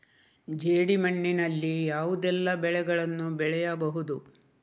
ಜೇಡಿ ಮಣ್ಣಿನಲ್ಲಿ ಯಾವುದೆಲ್ಲ ಬೆಳೆಗಳನ್ನು ಬೆಳೆಯಬಹುದು?